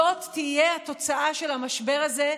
זאת תהיה התוצאה של המשבר הזה,